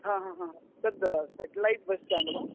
हा हा हा तद् सेटेलौट् बस् स्टेण्ड् वा